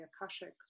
akashic